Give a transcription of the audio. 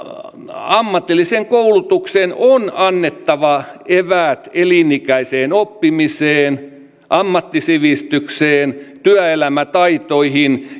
ammatillisen koulutuksen on annettava eväät elinikäiseen oppimiseen ammattisivistykseen työelämätaitoihin